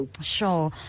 Sure